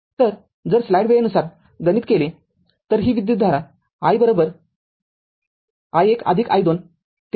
तर जर स्लाईड वेळेनुसार गणित केले तर ही विद्युतधारा i i i१ i २ ते iN आहे